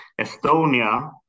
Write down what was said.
Estonia